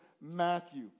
Matthew